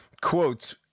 quotes